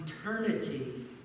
eternity